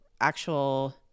actual